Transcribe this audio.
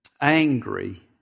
angry